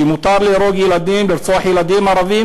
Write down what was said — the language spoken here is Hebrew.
שמותר להרוג ילדים, לרצוח ילדים ערבים?